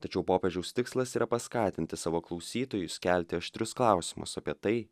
tačiau popiežiaus tikslas yra paskatinti savo klausytojus kelti aštrius klausimus apie tai